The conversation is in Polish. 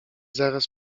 zaraz